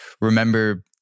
remember